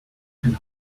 can